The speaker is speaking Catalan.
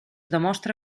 demostra